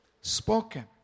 spoken